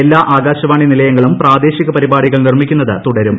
എല്ലാ ആകാശവാണി നിലയങ്ങളും പ്രാദേശിക പരിപാടികൾ നിർമ്മിക്കുന്നത് തുടരും